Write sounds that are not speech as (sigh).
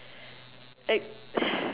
I (noise)